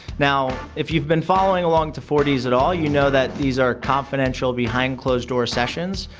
now if you've been following along to four ds at all, you know that these are confidential, behind closed door sessions,